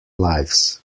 lives